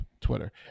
Twitter